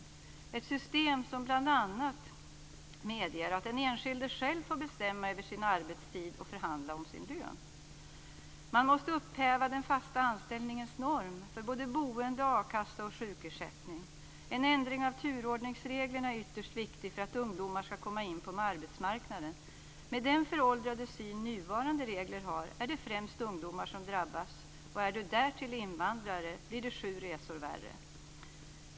Det krävs ett system som bl.a. medger att den enskilde själv får bestämma över sin arbetstid och förhandla om sin lön. Man måste upphäva den fasta anställningen som norm för boende, a-kassa och sjukersättning. En ändring av turordningsreglerna är ytterst viktig för att ungdomar ska komma in på arbetsmarknaden. Med den föråldrade synen i nuvarande regler är det främst ungdomar som drabbas. Är du därtill invandrare blir det sju resor värre.